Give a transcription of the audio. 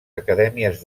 acadèmies